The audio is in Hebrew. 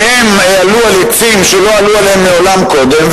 והם עלו על עצים שלא עלו עליהם מעולם קודם,